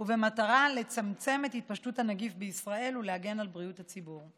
במטרה לצמצם את התפשטות הנגיש בישראל ולהגן על בריאות הציבור.